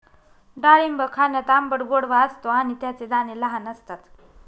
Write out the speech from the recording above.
डाळिंब खाण्यात आंबट गोडवा असतो आणि त्याचे दाणे लहान असतात